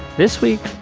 this week,